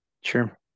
sure